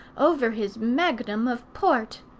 over his magnum of port,